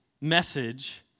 message